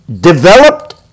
developed